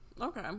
Okay